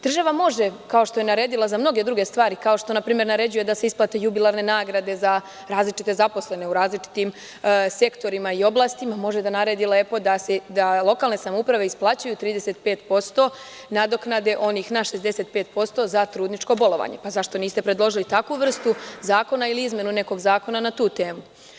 Država može kao što je naredila za mnoge druge stvari kao što naprimer naređuje da se isplate jubilarne nagrade za različite zaposlene u različitim sektorima i oblastima može da naredi lepo da lokalne samouprave isplaćuju 35% nadoknade, onih na 65% za trudničko bolovanje, pa zašto niste predložili takvu vrstu zakona ili izmenu nekog zakona na tu temu.